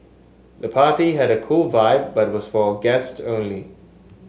the party had a cool vibe but was for guests only